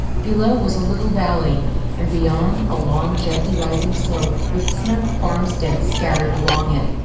below was a little valley and beyond a long, gently-rising slope with snug farmsteads scattered along it.